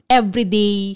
everyday